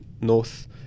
north